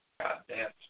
goddamn